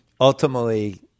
ultimately